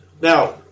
Now